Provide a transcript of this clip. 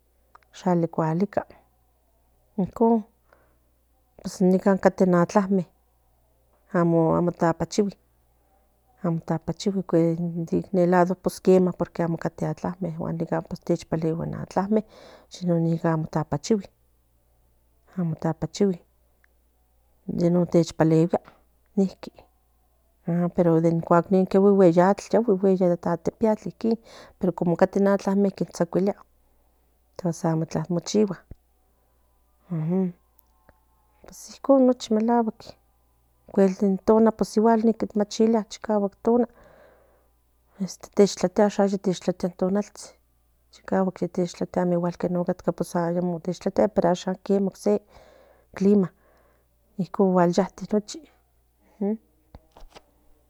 Cualica icon nica tequi tapachigui ocuel ni lado quema porque quema ahy atlame porque eso amo nica atachigui non nsh paleguea iquin ayepiatl nen tsatsilia amo nichihua pues icon melacuatl ocuel den nen tonal macholia nen tonal nen tlatia in tonaltsin ashan ocse clima